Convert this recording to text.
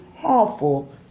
harmful